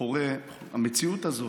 חורה לי המציאות הזאת,